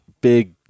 big